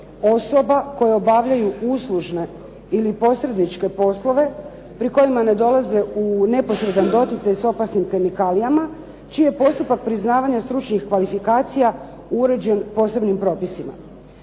osoba koje obavljaju uslužene ili posredničke poslove, pri kojima ne dolaze u neposredan doticaj s opasnim kemikalijama čiji je postupak priznavanja stručnih kvalifikacija uređen posebnim propisima.